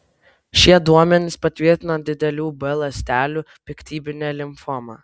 šie duomenys patvirtino didelių b ląstelių piktybinę limfomą